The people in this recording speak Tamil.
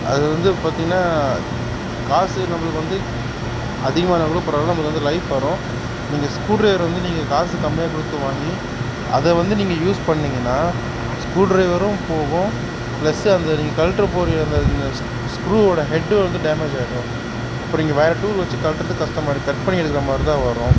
அது வந்து பார்த்தீங்கனா காசு நம்மளுக்கு வந்து அதிகமாக ஆனால் கூட பரவாயில்ல நமக்கு வந்து லைஃப் வரும் நீங்கள் ஸ்க்ரூ ட்ரைவர் வந்து நீங்கள் காசு கம்மியாக கொடுத்து வாங்கி அதை வந்து நீங்கள் யூஸ் பண்ணிங்கனால் ஸ்க்ரூ ட்ரைவரும் போகும் ப்ளஸ்ஸு அந்த நீங்கள் கழட்ட போகிற அந்த ஸ்க்ரூவோடய ஹெட்டு வந்து டேமேஜ் ஆகிடும் அப்பறம் நீங்கள் வேறே டூல் வச்சு கழட்டுறது கஷ்டமாயிடும் கட் பண்ணி எடுக்கிற மாதிரிதான் வரும்